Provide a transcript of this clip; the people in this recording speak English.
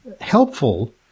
helpful